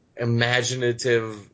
imaginative